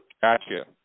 Gotcha